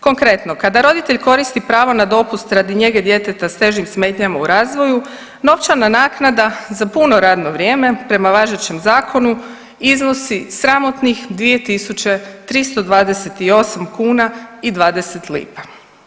Konkretno, kada roditelj koristi pravo na dopust radi njege djeteta s težim smetnjama u razvoju novčana naknada za puno radno vrijeme prema važećem zakonu iznosi sramotnih 2.328 kuna i 20 lipa.